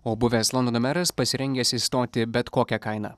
o buvęs londono meras pasirengęs išstoti bet kokia kaina